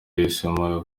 yahisemo